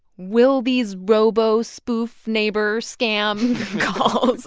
will these robo spoof-neighbor scam calls.